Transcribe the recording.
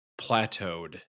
plateaued